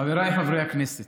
חבריי חברי הכנסת,